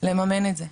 לממן את זה.